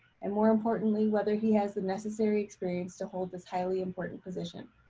and more importantly whether he has the necessary experience to hold this highly important position.